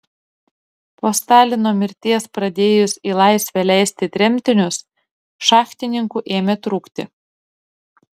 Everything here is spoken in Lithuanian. po stalino mirties pradėjus į laisvę leisti tremtinius šachtininkų ėmė trūkti